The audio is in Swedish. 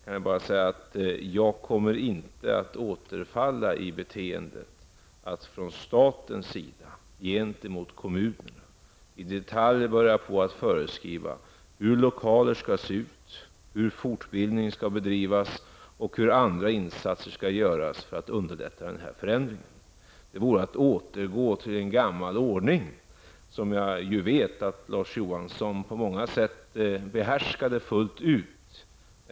Jag vill bara säga att jag inte kommer att återfalla i beteendet att från statens sida gentemot kommunerna i detalj börja föreskriva hur lokaler skall se ut, hur fortbildning skall bedrivas och hur andra insatser skall göras för att underlätta denna förändring. De vore att återgå till en gammal ordning, som jag ju vet att Larz Johansson på många sätt behärskade fullt ut.